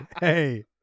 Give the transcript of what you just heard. hey